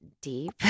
deep